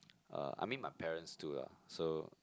uh I mean my parents too lah so